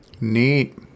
Neat